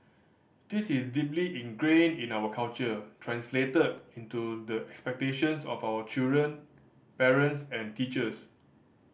this is deeply ingrained in our culture translated into the expectations of our children parents and teachers